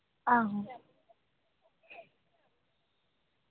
आहो